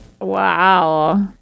Wow